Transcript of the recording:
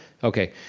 okay.